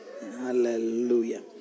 Hallelujah